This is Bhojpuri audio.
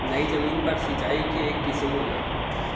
नयी जमीन पर सिंचाई क एक किसिम होला